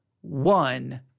one